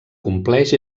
compleix